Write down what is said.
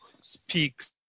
speaks